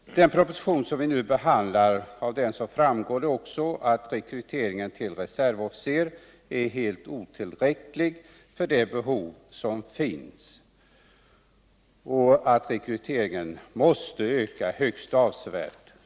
Av den proposition som vi nu behandlar framgår också att rekryteringen till reservofficer är helt otillräcklig för det behov som finns och att rekryteringen måste öka högst avsevärt.